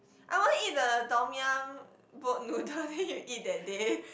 I want eat the Tom-Yum boat noodle that you eat that day